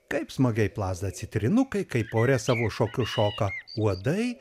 kaip smagiai plazda citrinukai kaip ore savo šokius šoka uodai